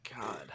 God